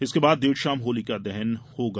इसके बाद देर शाम होलिका दहन होगा